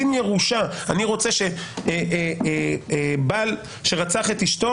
דין ירושה אני רוצה שבעל שרצח את אישתו,